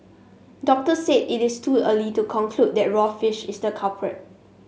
doctor said it is too early to conclude that raw fish is the culprit